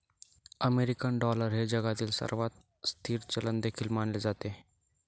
American dollar हे जगातील सर्वात स्थिर चलन देखील मानले जाते